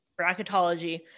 bracketology